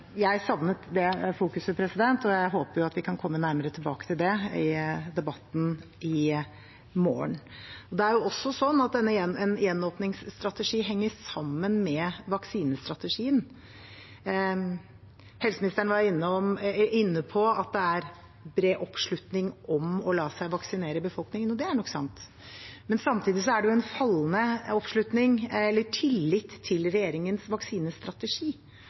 Jeg savnet det fokuset og håper vi kan komme nærmere tilbake til det i debatten i morgen. En gjenåpningsstrategi henger også sammen med vaksinestrategien. Helseministeren var inne på at det er bred oppslutning i befolkningen om å la seg vaksinere. Det er nok sant, men samtidig er det en fallende tillit til regjeringens vaksinestrategi.